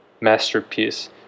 masterpiece